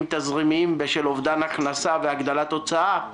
תזרימיים בשל אובדן הכנסה והגדלת הוצאה,